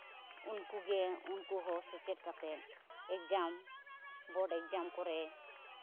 ᱩᱱᱠᱩ ᱜᱮ ᱩᱱᱠᱩ ᱦᱚᱸ ᱥᱮᱪᱮᱫ ᱠᱟᱛᱮᱫ ᱮᱠᱡᱟᱢ ᱵᱳᱨᱰ ᱮᱠᱡᱟᱢ ᱠᱚᱨᱮ